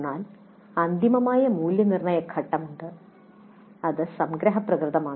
എന്നാൽ അന്തിമ മൂല്യനിർണ്ണയ ഘട്ടമുണ്ട് അത് സംഗ്രഹ പ്രകൃതമാണ്